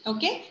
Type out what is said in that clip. Okay